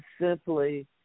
simply